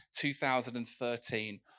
2013